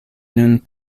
nun